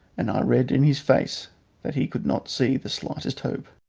and i read in his face that he could not see the slightest hope.